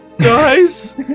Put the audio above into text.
Guys